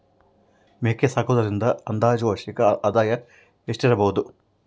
ಮೇಕೆ ಸಾಕುವುದರಿಂದ ಅಂದಾಜು ವಾರ್ಷಿಕ ಆದಾಯ ಎಷ್ಟಿರಬಹುದು?